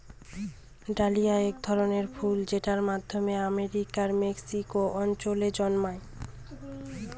dahlia এক ধরনের ফুল যেটা মধ্য আমেরিকার মেক্সিকো অঞ্চলে জন্মায়